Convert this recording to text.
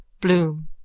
Bloom